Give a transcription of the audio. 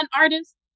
artist